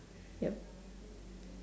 yup